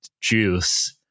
juice